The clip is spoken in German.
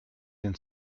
den